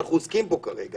שאנחנו עוסקים בו כרגע.